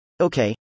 okay